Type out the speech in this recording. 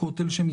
שזה,